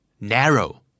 narrow